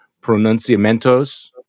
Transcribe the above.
pronunciamentos